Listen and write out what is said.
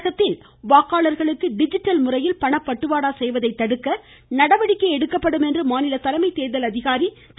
தமிழகத்தில் வாக்காளர்களுக்கு டிஜிட்டல் முறையில் பணப்பட்டுவாடா செய்வதை தடுக்க நடவடிக்கை எடுக்கப்படும் என்று மாநில தலைமை தேர்தல் அதிகாரி திரு